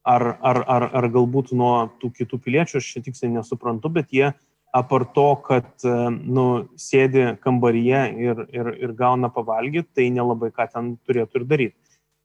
ar ar ar ar galbūt nuo tų kitų piliečių aš čia tiksliai nesuprantu bet jie apart to kad nu sėdi kambaryje ir ir ir gauna pavalgyt tai nelabai ką ten turėtų ir daryt